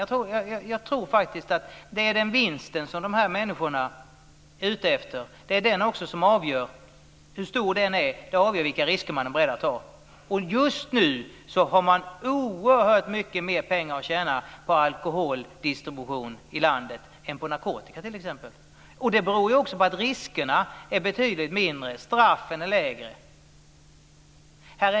Jag tror faktiskt att storleken på den vinst som dessa människor är ute efter också avgör vilka risker de är beredda att ta. Och just nu har de oerhört mycket mer pengar att tjäna på alkoholdistribution i landet än på t.ex. narkotika. Det beror också på att riskerna är betydligt mindre och att straffen är lägre.